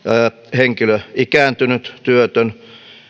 henkilö ikääntynyt työtön